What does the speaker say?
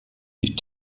die